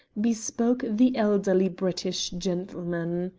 bespoke the elderly british gentleman.